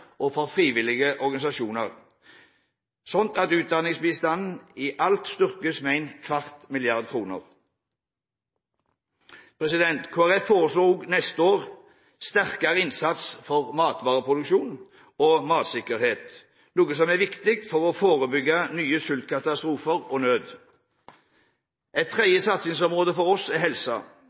og for frivillige organisasjoner, slik at utdanningsbistanden i alt styrkes med en kvart milliard kroner. Kristelig Folkeparti foreslår også neste år sterkere innsats for matvareproduksjon og matsikkerhet, noe som er viktig for å forebygge nye sultkatastrofer og nød. Et tredje satsingsområde for oss er